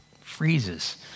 freezes